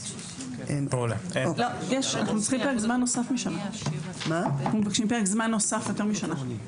אנחנו מבקשים פרק זמן נוסף, יותר משנה.